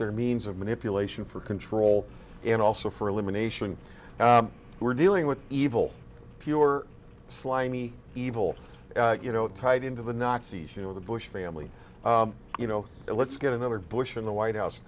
their means of manipulation for control and also for elimination we're dealing with evil pure slimy evil you know tied into the nazis you know the bush family you know it let's get another bush in the white house